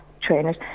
trainers